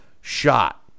shot